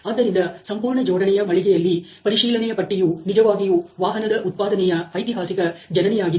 ಆದ್ದರಿಂದ ಸಂಪೂರ್ಣ ಜೋಡಣೆಯ ಮಳಿಗೆಯಲ್ಲಿ ಪರಿಶೀಲನೆಯ ಪಟ್ಟಿಯು ನಿಜವಾಗಿಯೂ ವಾಹನದ ಉತ್ಪಾದನೆಯ ಐತಿಹಾಸಿಕ ಜನನಿಯಾಗಿದೆ